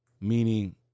Meaning